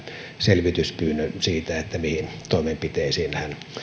selvityspyynnön siitä mihin toimenpiteisiin hän